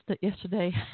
yesterday